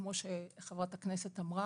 כמו שחברת הכנסת אמרה,